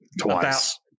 twice